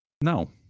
No